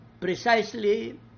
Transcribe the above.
precisely